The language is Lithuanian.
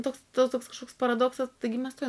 toks toks kažkoks paradoksas taigi mes tuoj